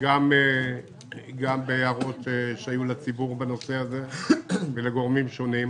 גם בעקבות הערות של הציבור בנושא הזה ושל גורמים שונים,